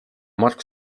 mark